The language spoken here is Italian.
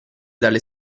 dalle